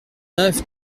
neuf